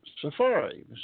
Safari